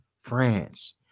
France